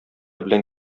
белән